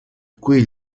qui